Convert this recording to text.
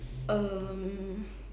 um